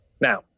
Now